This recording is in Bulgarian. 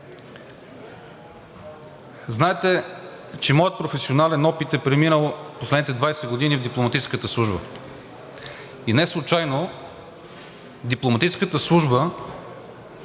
Знаете, че моят професионален опит е преминал последните 20 години в дипломатическата служба и неслучайно дипломатическата служба